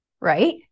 right